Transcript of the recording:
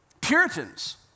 Puritans